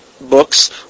books